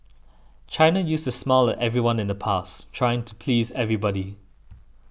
China used to smile at everyone in the past trying to please everybody